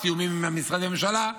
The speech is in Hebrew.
תיאומים עם משרדי ממשלה,